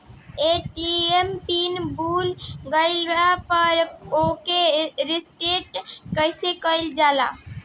ATM pin भूल गईल पर ओके रीसेट कइसे कइल जाला?